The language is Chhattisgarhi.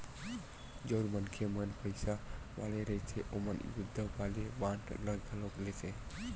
जउन मनखे मन पइसा वाले रहिथे ओमन युद्ध वाले बांड ल घलो लेथे